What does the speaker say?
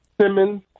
Simmons